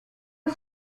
est